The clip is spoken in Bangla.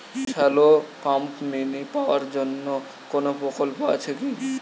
শ্যালো পাম্প মিনি পাওয়ার জন্য কোনো প্রকল্প আছে কি?